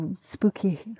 spooky